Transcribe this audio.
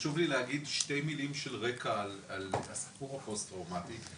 חשוב לי להגיד שתי מילים של רקע על הסיפור הפוסט טראומטי,